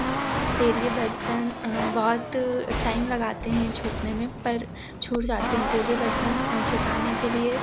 तेलीय बर्तन बहुत टाइम लगाते हैं छूटने में पर छूट जाते हैं तेलीय बर्तन छुटाने के लिए